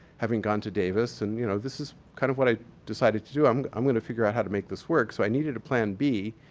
having gone to davis and you know this is kind of what i decided to do. i'm i'm gonna figure out how to make this work. so, i needed a plan b.